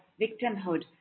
victimhood